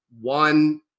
one